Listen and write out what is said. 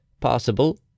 possible